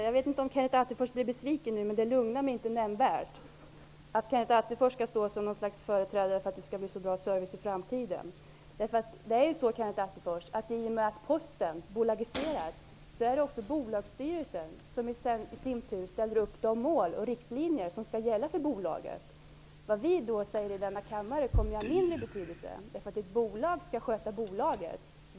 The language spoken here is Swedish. Herr talman! Kanske Kenneth Attefors blir besviken om jag säger att han inte lugnar mig nämnvärt när han påstår att han skall stå som ett slags garant för att det skall bli en bra service i framtiden. I och med att Posten bolagiseras sätter bolagsstyrelsen i sin tur upp de mål och lägger fast de riktlinjer som skall gälla för bolaget. Vad vi i denna kammare säger kommer att ha mindre betydelse. Ett bolag skall sköta bolaget.